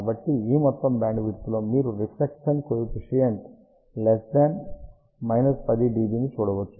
కాబట్టి ఈ మొత్తం బ్యాండ్విడ్త్లో మీరు రిఫ్లెక్షన్ కోఎఫిషిఎంట్ 10 dB ని చూడవచ్చు